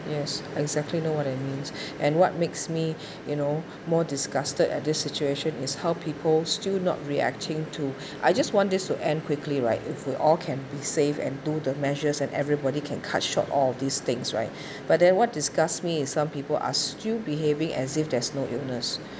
yes exactly know what I means and what makes me you know more disgusted at this situation is how people still not reacting to I just want this to end quickly right if we all can be safe and do the measures and everybody can cut short all of these things right but then what disgusts me is some people are still behaving as if there's no illness